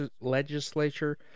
legislature